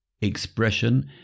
expression